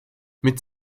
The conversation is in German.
mit